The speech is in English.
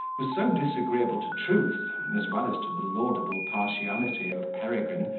was so disagreeable to truth, as well as to the laudable partiality of peregrine,